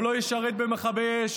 או לא ישרת במכבי אש,